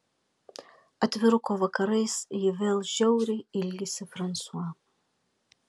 atviruko vakarais ji vėl žiauriai ilgisi fransua